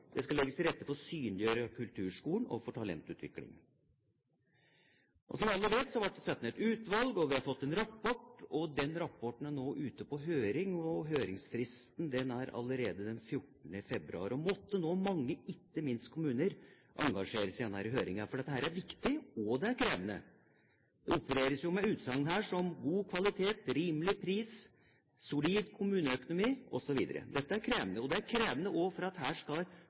Det skal legges til rette for synliggjøring av kulturskolen og for talentutvikling.» Som vi alle vet, ble det satt ned et utvalg, og vi har fått en rapport. Den rapporten er nå ute på høring, og høringsfristen er allerede den 14. februar. Måtte nå mange – ikke minst kommuner – engasjere seg i denne høringa, for dette er viktig, og det er krevende. Det opereres med utsagn her som «god kvalitet», «rimelig pris», «solid kommuneøkonomi» osv. Dette er krevende. Det er også krevende fordi her skal